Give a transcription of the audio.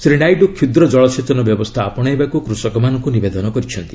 ଶ୍ରୀ ନାଇଡୁ କ୍ଷୁଦ୍ର କଳ ସେଚନ ବ୍ୟବସ୍ଥା ଆପଶେଇବାକୁ କୁଷକମାନଙ୍କୁ ନିବେଦନ କରିଛନ୍ତି